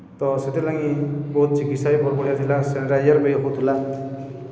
ତ ସେଥିର୍ଲାଗି ବହୁତ ଚିକିତ୍ସା ବି ବରଗଡ଼େ ଥିଲା ସାନିଟାଇଜର୍ ବି ହଉଥିଲା